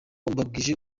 mbabwije